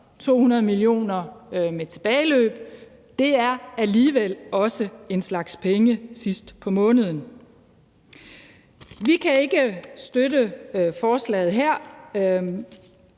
200 mio. kr. med tilbageløb, og det er alligevel også en slags penge sidst på måneden. Vi kan ikke støtte forslaget her,